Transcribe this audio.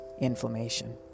Inflammation